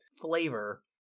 flavor